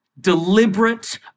deliberate